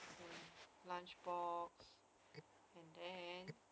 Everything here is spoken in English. uh lunch box and then